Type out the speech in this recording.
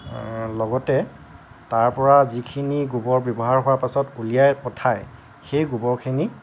লগতে তাৰ পৰা যিখিনি গোবৰ ব্যৱহাৰ হোৱাৰ পাছত উলিয়াই পঠায় সেই গোবৰখিনি